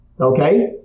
Okay